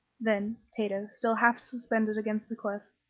then, tato, still half suspended against the cliff,